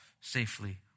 safely